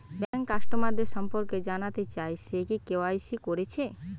bank কাস্টমারদের সম্পর্কে জানতে চাই সে কি কে.ওয়াই.সি কোরেছে